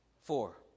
four